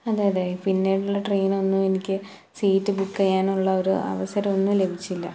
അതെ അതെ പിന്നുള്ള ട്രെയിനൊന്നു എനിക്ക് സീറ്റ് ബുക്ക് ചെയ്യാനുള്ള ഒരു അവസരോന്നും ലഭിച്ചില്ല